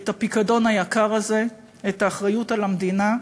את הפיקדון היקר הזה, את האחריות למדינה,